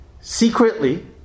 secretly